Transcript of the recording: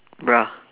bruh